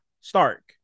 stark